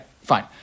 fine